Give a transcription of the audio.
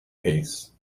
piece